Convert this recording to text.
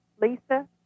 Lisa